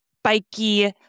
spiky